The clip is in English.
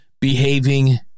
behaving